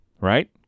Right